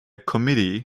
committee